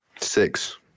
Six